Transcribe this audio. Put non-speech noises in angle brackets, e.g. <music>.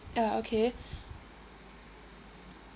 ya okay <breath>